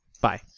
Bye